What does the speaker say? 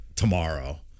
Tomorrow